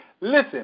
Listen